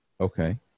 Okay